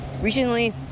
recently